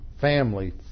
family